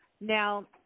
Now